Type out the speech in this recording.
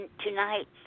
tonight